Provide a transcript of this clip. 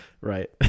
Right